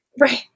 right